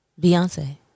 Beyonce